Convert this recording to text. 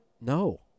No